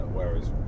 Whereas